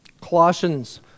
Colossians